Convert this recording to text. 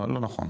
לא נכון.